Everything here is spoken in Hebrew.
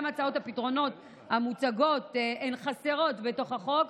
גם הצעות הפתרונות המוצגות הן חסרות בתוך החוק.